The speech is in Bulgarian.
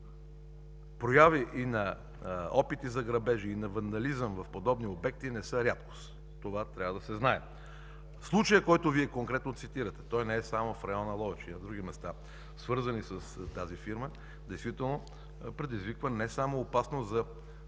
Прояви на опити за грабежи и на вандализъм в подобни обекти не са рядкост. Това трябва да се знае. Случаят, който Вие конкретно цитирате, не е само в района на Ловеч, а и на други места, свързани с тази фирма. Той действително предизвиква не само опасност за